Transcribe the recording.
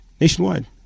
Nationwide